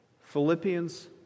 Philippians